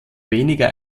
weniger